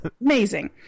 amazing